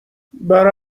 برای